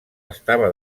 estava